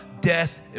death